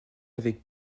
avec